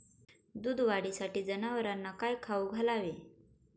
दूध वाढीसाठी जनावरांना काय खाऊ घालावे?